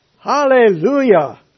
hallelujah